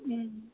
ம்